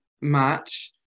match